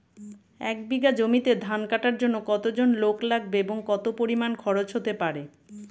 এক বিঘা জমিতে ধান কাটার জন্য কতজন লোক লাগবে এবং কত পরিমান খরচ হতে পারে?